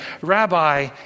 Rabbi